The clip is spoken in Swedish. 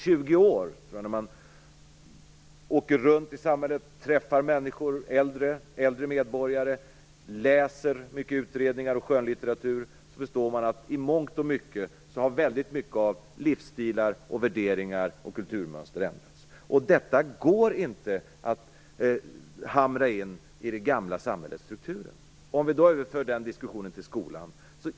När man åker runt i samhället och träffar människor, äldre medborgare, och läser många utredningar och skönlitteratur förstår man att livsstilar, värderingar och kulturmönster har ändrats väldigt mycket på de senaste 20 åren. De går inte att hamra in i det gamla samhällets strukturer. Låt oss överföra den diskussionen till skolan.